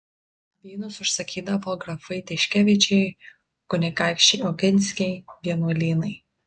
vynus užsakydavo grafai tiškevičiai kunigaikščiai oginskiai vienuolynai